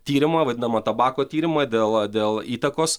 tyrimą vadinamą tabako tyrimą dėl dėl įtakos